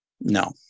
no